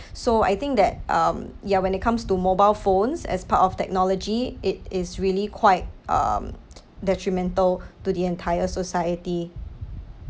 so I think that um yeah when it comes to mobile phones as part of technology it is really quite um detrimental to the entire society